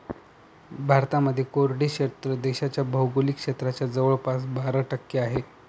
भारतामध्ये कोरडे क्षेत्र देशाच्या भौगोलिक क्षेत्राच्या जवळपास बारा टक्के आहे